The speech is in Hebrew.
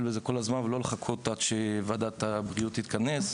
בזה כל הזמן ולא לחכות עד שוועדת הבריאות תתכנס,